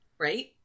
right